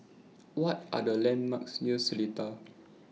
What Are The landmarks near Seletar